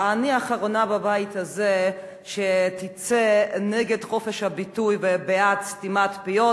אני האחרונה בבית הזה שתצא נגד חופש הביטוי ובעד סתימת פיות,